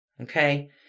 Okay